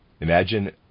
Imagine